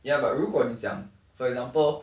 ya but 如果你讲 for example